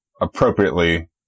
appropriately